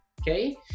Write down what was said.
okay